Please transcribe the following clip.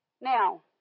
Now